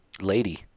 lady